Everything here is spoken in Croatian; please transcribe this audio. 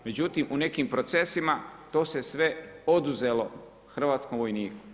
Međutim, u nekim procesima to se sve oduzelo hrvatskom vojniku.